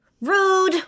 Rude